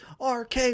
RK